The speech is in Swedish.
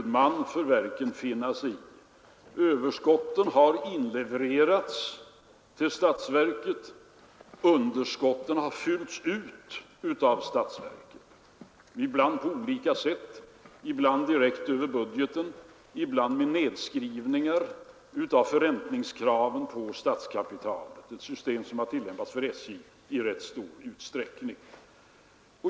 Då har det varit en gammal och vedertagen linje att överskotten har inlevererats till statsverket och underskotten fyllts ut av statsverket. Underskotten har täckts på olika sätt: ibland direkt över budgeten, ibland med nedskrivningar av förräntningskravet på statskapitalet — ett system som har tillämpats för SJ i rätt stor utsträckning.